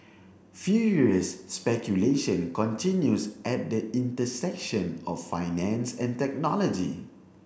furious speculation continues at the intersection of finance and technology